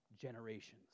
generations